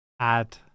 add